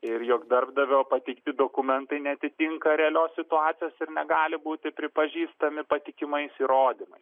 ir jog darbdavio pateikti dokumentai neatitinka realios situacijos ir negali būti pripažįstami patikimais įrodymais